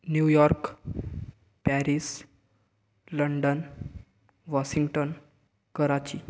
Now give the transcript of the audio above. New York Paris London Washington Karachi